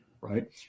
right